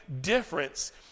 difference